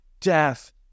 death